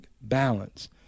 balance